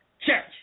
church